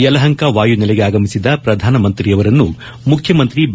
ಯಲಹಂಕ ವಾಯುನೆಲೆಗೆ ಆಗಮಿಸಿದ ಪ್ರಧಾನಮಂತ್ರಿಯವರನ್ನು ಮುಖ್ಯಮಂತ್ರಿ ಬಿ